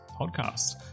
podcast